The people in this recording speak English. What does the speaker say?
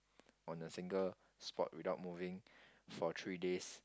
on a single spot without moving for three days